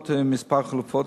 נדונות כמה חלופות,